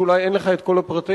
שאולי אין לך כל הפרטים,